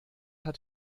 hat